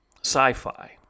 sci-fi